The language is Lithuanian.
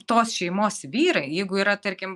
tos šeimos vyrai jeigu yra tarkim